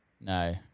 no